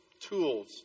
tools